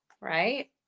right